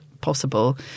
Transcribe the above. possible